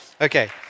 Okay